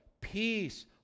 peace